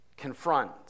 confront